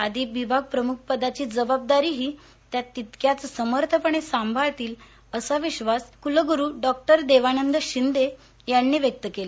अधिविभाग प्रमुखपदाची जबाबदारीही त्या तितक्याच समर्थपणे सांभाळतील असा विश्वास कुलगुरू डॉक्टर देवानंद शिंदे यांनी व्यक्त केला